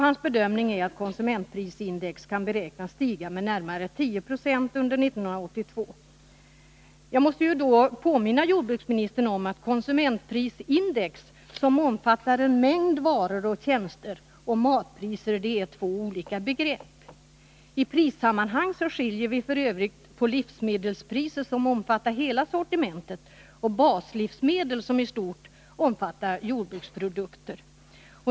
Hans bedömning är att konsumentprisindex kan beräkna iga med närmare 10 26 under 1982. Jag måste då påminna jordbruksministern om att konsumentprisindex. ter. och matpriser är två olika begrepp. I prissammanhang skiljer vi f. ö. på livsmedel. som omfattar hela sortimentet, och baslivsmedel. som i stort omfattar jordbruksprodukter.